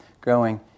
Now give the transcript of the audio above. growing